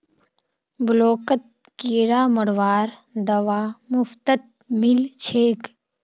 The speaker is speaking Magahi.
ब्लॉकत किरा मरवार दवा मुफ्तत मिल छेक